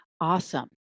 Awesome